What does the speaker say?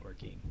networking